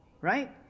Right